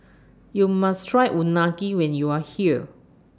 YOU must Try Unagi when YOU Are here